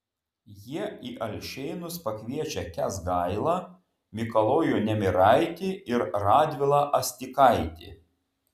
jie į alšėnus pakviečia kęsgailą mikalojų nemiraitį ir radvilą astikaitį